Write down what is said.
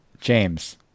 James